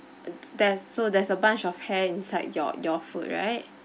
there's so there's a bunch of hair inside your your food right